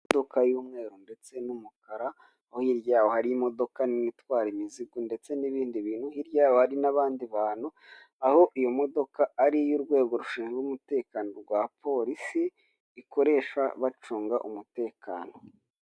Imodoka y'umweru ndetse n'umukara aho hiryaho hari imodoka nini itwara imizigo ndetse n'ibindi bintu, hirya hari n'abandi bantu aho iyo modoka ari iy'urwego rushinzwe umutekano rwa polisi ikoresha bacunga umutekano.